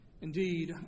Indeed